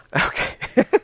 Okay